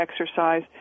exercise